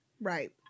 Right